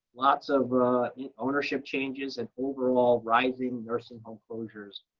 lots of ownership changes, and overall rising nursing home closures.